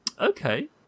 Okay